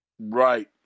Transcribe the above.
Right